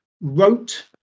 wrote